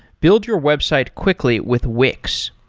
build your website quickly with wix.